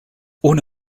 ohne